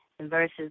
versus